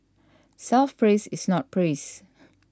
self praise is not praise